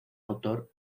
autor